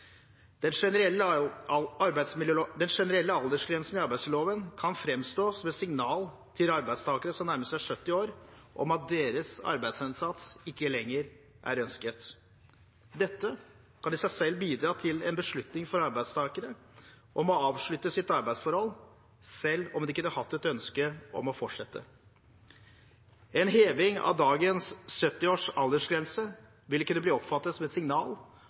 Den generelle aldersgrensen i arbeidsmiljøloven kan fremstå som et signal til arbeidstakere som nærmer seg 70 år om at deres arbeidsinnsats ikke lenger er ønsket. Dette kan i seg selv bidra til en beslutning for arbeidstakere om å avslutte sitt arbeidsforhold, selv om de kunne hatt et ønske om å fortsette. En heving av dagens 70-års aldersgrense vil kunne bli oppfattet som et signal